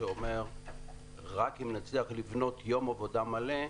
שאומר שרק אם נצליח לבנות יום עבודה מלא,